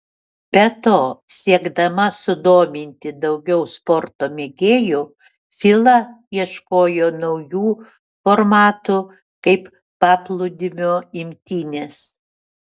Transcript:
be to siekdama sudominti daugiau sporto mėgėjų fila ieškojo naujų formatų kaip paplūdimio imtynės